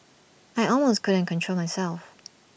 I almost couldn't control myself